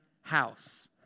house